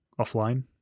offline